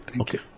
Okay